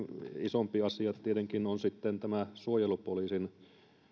isompi asia tietenkin on sitten tämä suojelupoliisin